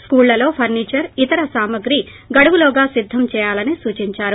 స్కూళ్ళలో ఫర్పిచర్ ఇతర సామగ్రి గడువులోగా సిద్దం చేయాలని సూచిందారు